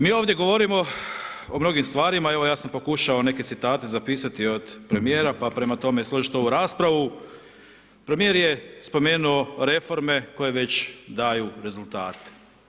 Mi ovdje govorimo o mnogim stvarima evo, ja sam pokušao, neke citate zapisati od premjera, pa prema tome, slušajte ovu raspravu, premjer je spomenuo reforme, koje već daju rezultate.